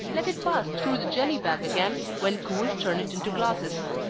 let it pass through the jelly-bag again when cool, turn it into glasses.